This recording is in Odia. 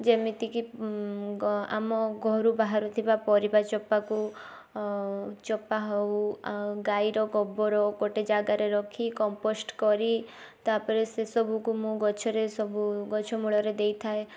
ଯେମିତିକି ଗ ଆମ ଘରୁ ବାହାରୁଥିବା ପରିବା ଚୋପାକୁ ଚୋପା ହଉ ଆଉ ଗାଈର ଗୋବର ଗୋଟେ ଜାଗାରେ ରଖି କମ୍ପୋଷ୍ଟ କରି ତାପରେ ସେ ସବୁକୁ ମୁଁ ଗଛରେ ସବୁ ଗଛ ମୂଳରେ ଦେଇଥାଏ